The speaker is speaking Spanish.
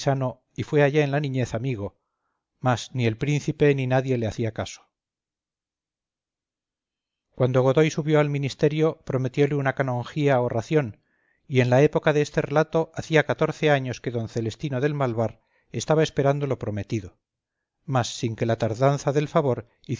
y fue allá en la niñez amigo mas ni el príncipe ni nadie le hacía caso cuando godoy subió al ministerio prometiole una canonjía o ración y en la época de este relato hacía catorce años que d celestino del malvar estaba esperando lo prometido mas sin que la tardanza del favor